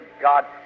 God